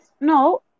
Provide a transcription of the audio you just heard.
no